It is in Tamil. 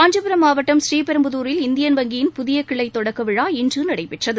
காஞ்சிபுரம் மாவட்டம் பூரீபெரும்புதூரில் இந்தியன் வங்கியின் புதிய கிளை தொடக்க விழா இன்று நடைபெற்றது